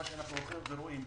בגלל מה שאנחנו רואים.